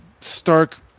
stark